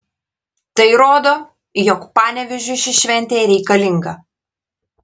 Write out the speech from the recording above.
tai rodo jog panevėžiui ši šventė reikalinga